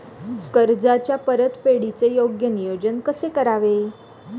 कर्जाच्या परतफेडीचे योग्य नियोजन कसे करावे?